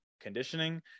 conditioning